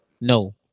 no